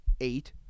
eight